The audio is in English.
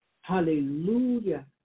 Hallelujah